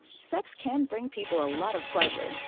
sex can bring people a lot of pleasure,